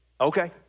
okay